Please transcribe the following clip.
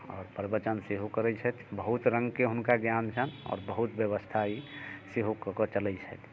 आओर प्रवचन सेहो करै छथि बहुत रङ्गके हुनका ज्ञान छनि आओर बहुत व्यवस्था ई सेहो कऽ कऽ चलै छथि